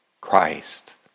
Christ